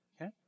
okay